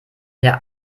der